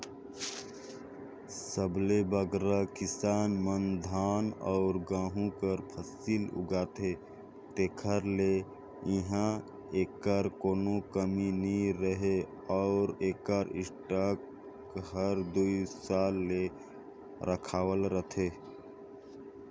सबले बगरा किसान मन धान अउ गहूँ कर फसिल उगाथें तेकर ले इहां एकर कोनो कमी नी रहें अउ एकर स्टॉक हर दुई साल ले रखाल रहथे